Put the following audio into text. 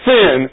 Sin